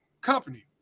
company